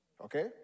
Okay